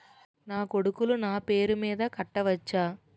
నా కొడుకులు నా పేరి మీద కట్ట వచ్చా?